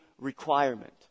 requirement